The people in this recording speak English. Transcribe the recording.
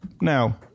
now